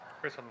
Chris